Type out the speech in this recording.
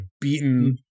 beaten